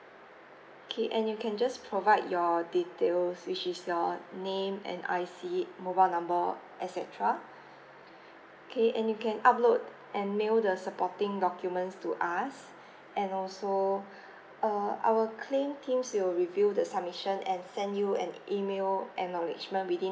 okay and you can just provide your details which is your name and I_C mobile number et cetera K and you can upload and mail the supporting documents to us and also uh our claim teams will review the submission and send you an email acknowledgement within